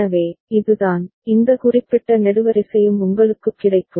எனவே இதுதான் இந்த குறிப்பிட்ட நெடுவரிசையும் உங்களுக்குக் கிடைக்கும்